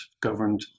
governed